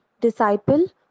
disciple